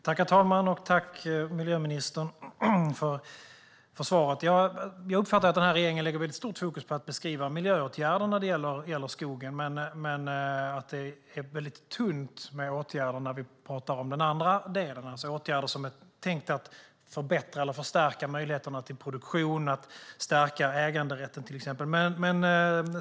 Herr talman! Jag tackar miljöministern för svaret. Jag uppfattar att regeringen lägger stort fokus vid att beskriva miljöåtgärder när det gäller skogen men att det är tunt med åtgärder när vi talar om den andra delen, alltså åtgärder som är tänkta att förbättra eller förstärka möjligheterna till produktion eller till exempel stärka äganderätten.